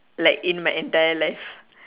like in my entire life